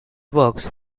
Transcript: works